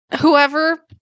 whoever